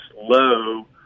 low